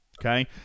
Okay